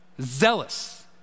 Zealous